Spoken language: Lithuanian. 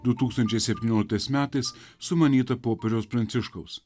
du tūkstančiai septynioliktais metais sumanyta popiežiaus pranciškaus